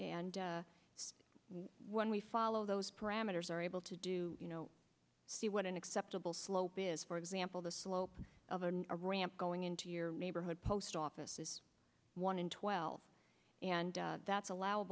and when we follow those parameters are able to do you know see what an acceptable slope is for example the slope of a ramp going into your neighborhood post offices one in twelve and that's allow